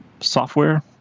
software